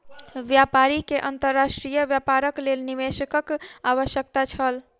व्यापारी के अंतर्राष्ट्रीय व्यापारक लेल निवेशकक आवश्यकता छल